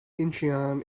incheon